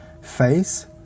Face